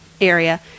area